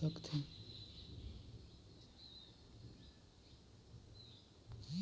सकथे